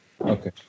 Okay